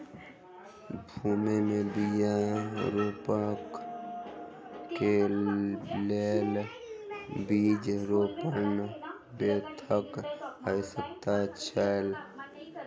भूमि में बीया रोपअ के लेल बीज रोपण यन्त्रक आवश्यकता छल